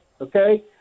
okay